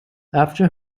after